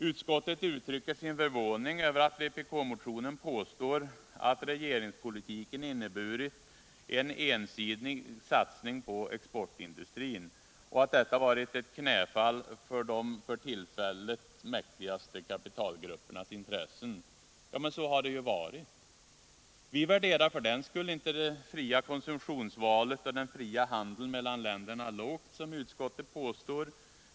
Utskottet uttrycker sin förvåning över att det i vpk-motionen påstås att regeringspolitiken inneburit ”en ensidig satsning på exportindustrin” och att detta varit ”ett knäfall för de för tillfället mäktigaste kapitalgruppernas intressen”. Ja, men så har det ju varit. Vi värderar för den skull inte det fria konsumtionsvalet och den fria handeln mellan länderna lågt. som utskottet påstår.